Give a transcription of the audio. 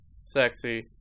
sexy